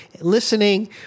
listening